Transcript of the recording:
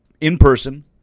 in-person